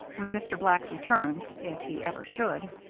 when mr. black returned, if he ever should,